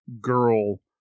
girl